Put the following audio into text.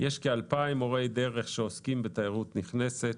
יש כ-2,000 מורי דרך שעוסקים בתיירות נכנסת.